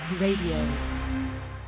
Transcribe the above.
Radio